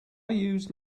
use